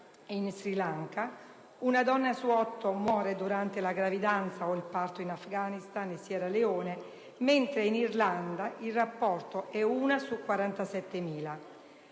in Sri Lanka; una donna su 8 muore durante la gravidanza o il parto in Afghanistan e Sierra Leone, mentre in Irlanda il rapporto è di una su 47.000.